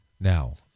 now